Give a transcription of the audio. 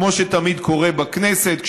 כמו שתמיד קורה בכנסת,